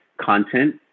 content